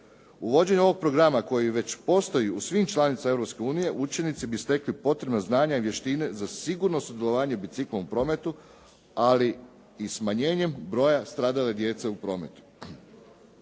Uvođenjem ovog programa koji već postoji u svim članicama Europske unije, učenici bi stekli potrebna znanja i vještine za sigurno sudjelovanje biciklom u prometu, ali i smanjenjem broja stradale djece u prometu.